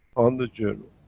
on the journal.